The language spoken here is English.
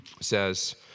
says